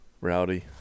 Rowdy